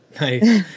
Nice